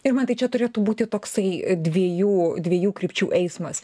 irmantai tai čia turėtų būti toksai dviejų dviejų krypčių eismas